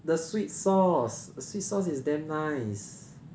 the sweet sauce the sweet sauce is damn nice